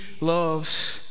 loves